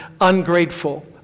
ungrateful